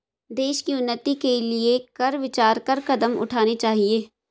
देश की उन्नति के लिए कर विचार कर कदम उठाने चाहिए